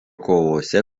kovose